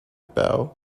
bow